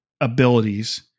abilities